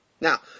Now